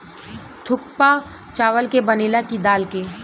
थुक्पा चावल के बनेला की दाल के?